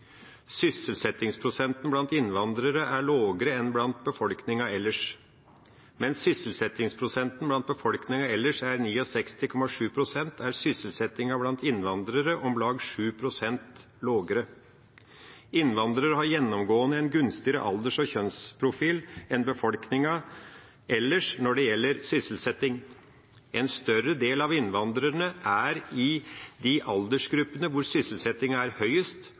blant innvandrarar er lågare enn blant befolkninga elles. Mens sysselsetjingsprosenten blant befolkninga elles er 69,7 prosent, er sysselsetjinga blant innvandrarar om lag 7 prosentpoeng lågare. Innvandrarar har gjennomgåande ein gunstigare alders- og kjønnsprofil enn befolkninga elles når det gjelder sysselsetjing. Ein større del av innvandrarane er i dei aldersgruppene kor sysselsetjinga er